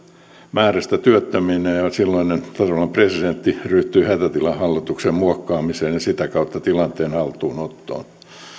määrästä työttömiä ja silloinen tasavallan presidentti ryhtyi hätätilahallituksen muokkaamiseen ja sitä kautta tilanteen haltuunottoon